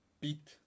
beat